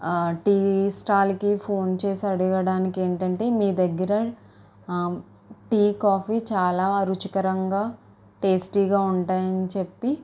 ఆ టీ స్టాల్కి ఫోన్ చేసి అడగడానికేంటంటే మీదగ్గర ఆ టీ కాఫీ చాలా రుచికరంగా టేస్టీగా ఉంటాయని చెప్పి